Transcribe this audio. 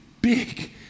big